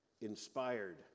inspired